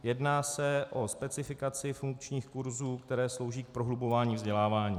Jedná se o specifikaci funkčních kurzů, které slouží k prohlubování vzdělávání.